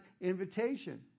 invitation